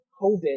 COVID